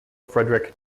friedrich